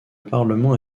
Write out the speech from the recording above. parlement